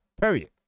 period